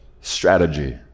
strategy